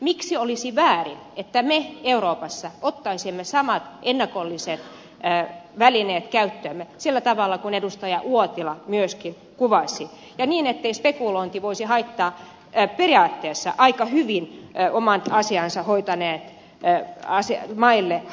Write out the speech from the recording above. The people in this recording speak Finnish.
miksi olisi väärin että me euroopassa ottaisimme samat ennakolliset välineet käyttöömme sillä tavalla kuin edustaja uotila myöskin kuvasi ja niin ettei spekulointi voisi tuoda periaatteessa aika hyvin omat asiansa hoitaneille maille haittaa